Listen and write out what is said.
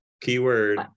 keyword